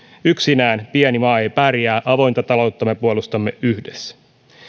yksinään pieni maa ei pärjää avointa talouttamme me puolustamme yhdessä